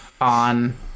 on